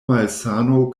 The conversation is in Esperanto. malsano